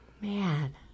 Man